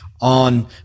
on